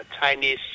Chinese